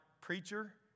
preacher